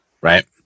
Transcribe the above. right